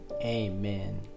Amen